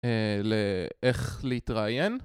לאיך להתראיין